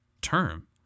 term